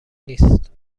نیست